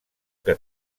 que